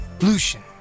Lucian